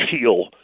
heal